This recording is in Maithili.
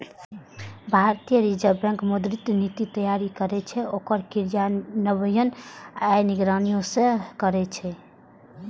भारतीय रिजर्व बैंक मौद्रिक नीति तैयार करै छै, ओकर क्रियान्वयन आ निगरानी सेहो करै छै